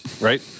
right